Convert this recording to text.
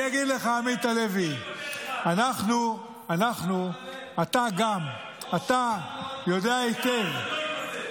מי שהביא אותנו למצב הזה צריך להתפטר.